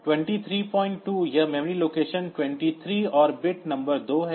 तो 232 यह memory location 23 और बिट नंबर 2 है